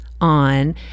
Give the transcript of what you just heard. on